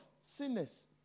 sinners